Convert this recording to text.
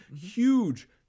huge